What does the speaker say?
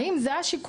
האם זה השיקול?